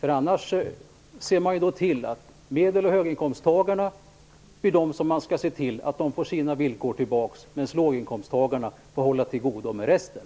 Om inte ser man till att medel och höginkomsttagarna får tillbaks sina gamla villkor, medan låginkomsttagarna får hålla till godo med resten.